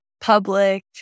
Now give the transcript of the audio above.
public